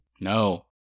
no